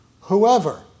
whoever